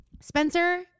Spencer